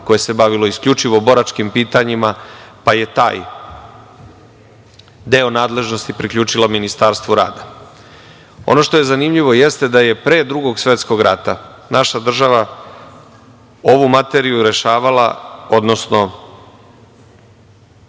koje se bavilo isključivo boračkim pitanjima, pa je taj deo nadležnosti priključila Ministarstvu rada. Ono što je zanimljivo, jeste da je pre Drugog svetskog rata naša država ovu materiju rešavala, odnosno